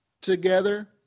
together